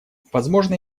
возможно